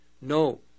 No